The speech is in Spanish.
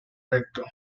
recto